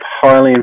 highly